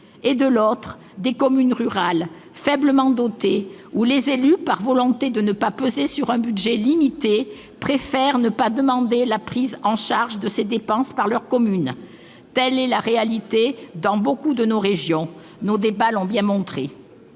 et, de l'autre, des élus de communes rurales, faiblement dotées, qui, par souci de ne pas peser sur un budget limité, préfèrent ne pas demander la prise en charge de ces dépenses par leur commune. Telle est la réalité dans beaucoup de nos régions, ainsi que nos débats l'ont bien montré.